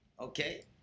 Okay